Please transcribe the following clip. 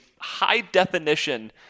high-definition